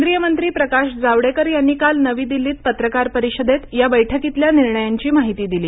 केंद्रीय मंत्री प्रकाश जावडेकर यांनी काल नवी दिल्लीत पत्रकार परिषदेत या बैठकीतल्या निर्णयांची माहिती दिली